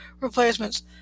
replacements